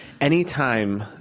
anytime